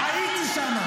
איזה שחצן.